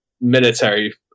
military